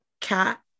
cat